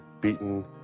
beaten